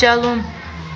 چلُن